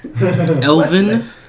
Elvin